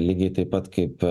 lygiai taip pat kaip